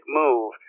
move